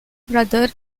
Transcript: brother